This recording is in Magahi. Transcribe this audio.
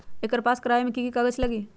एकर पास करवावे मे की की कागज लगी?